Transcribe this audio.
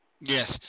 Yes